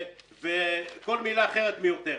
וכל מילה אחרת מיותרת.